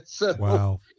wow